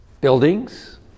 buildings